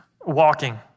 walking